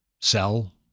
sell